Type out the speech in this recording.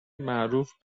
معروف